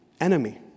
enemy